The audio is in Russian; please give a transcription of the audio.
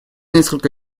несколько